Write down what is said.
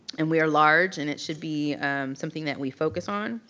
and we are large, and it should be something that we focus on,